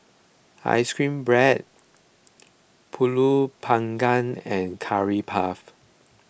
Ice Cream Bread Pulut Panggang and Curry Puff